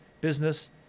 business